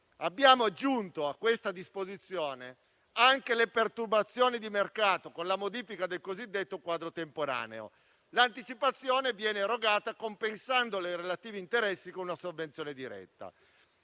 Abbiamo aggiunto a questa disposizione anche le perturbazioni di mercato con la modifica del cosiddetto quadro temporaneo. L'anticipazione viene erogata compensando i relativi interessi con una sovvenzione diretta.